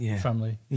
family